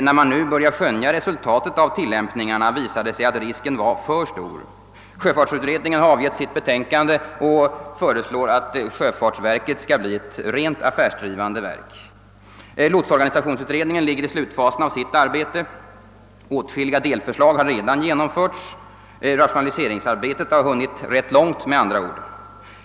När man nu börjar skönja resultatet av tillämpningen visar det sig att risken var för stor. Sjöfartsutredningen har avgivit sitt betänkande och föreslår att sjöfartsverket skall bli ett rent affärsdrivande verk. Lotsorganisationsutredningen ligger i slutfasen av sitt arbete. Åtskilliga delförslag har redan genomförts. Rationaliseringsarbetet har med andra ord hunnit rätt långt.